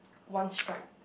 one stripe